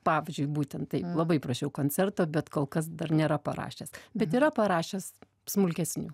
pavyzdžiui būtent taip labai prašiau koncerto bet kol kas dar nėra parašęs bet yra parašęs smulkesnių